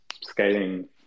scaling